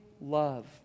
love